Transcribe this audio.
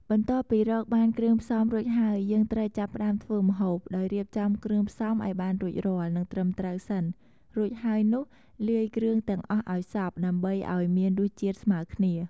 បន្ទាប់ពីរកបានគ្រឿងផ្សំរួចហើយ យើងត្រូវចាប់ផ្ដើមធ្វើម្ហូប ដោយរៀបចំគ្រឿងផ្សំឱ្យបានរួចរាល់ និងត្រឹមត្រូវសិន រួចហើយនោះលាយគ្រឿងទាំងអស់ឱ្យសព្វ ដើម្បីឱ្យមានរសជាតិស្មើគ្នា។